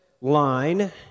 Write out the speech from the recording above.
line